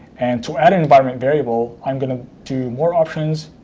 and to add an environment variable, i'm going to do more options,